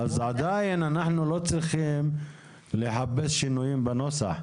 אם כן, אנחנו לא צריכים לחפש שינויים בנוסח.